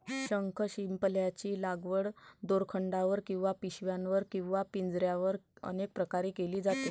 शंखशिंपल्यांची लागवड दोरखंडावर किंवा पिशव्यांवर किंवा पिंजऱ्यांवर अनेक प्रकारे केली जाते